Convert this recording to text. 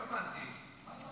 לא הבנתי.